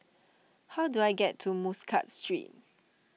how do I get to Muscat Street